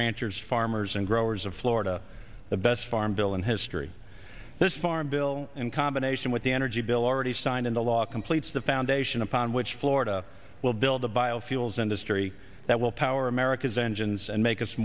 ranchers farmers and growers of florida the best farm bill in history this farm bill and combination with the energy bill already signed into law completes the foundation upon which florida will build the biofuels industry that will power america's engines and make us